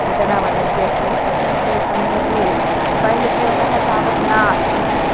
घटनां वदन्ती अस्मि तस्मिन्त् समये तु मोबैल् उपयोगः तावत् न आसीत्